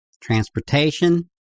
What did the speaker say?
transportation